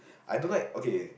I don't like okay